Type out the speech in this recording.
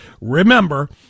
Remember